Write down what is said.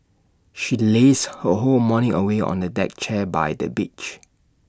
she lazed her whole morning away on A deck chair by the beach